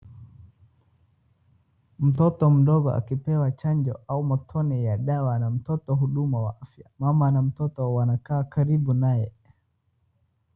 Mtoto mdogo akipewa chanjo au matone ya dawa na mtotobhuduma wa afya. Mama na mtoto wanakaa karibu naye.